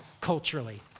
culturally